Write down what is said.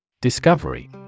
Discovery